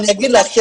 אני אגיד לך,